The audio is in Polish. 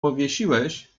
powiesiłeś